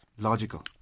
logical